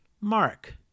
Mark